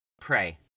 pray